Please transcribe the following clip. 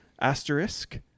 asterisk